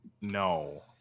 no